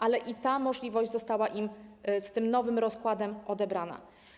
Ale i ta możliwość została im z tym nowym rozkładem odebrana.